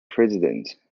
presidents